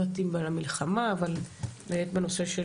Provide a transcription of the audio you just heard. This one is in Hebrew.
אני לא יודעת אם על המלחמה, אבל באמת בנושא של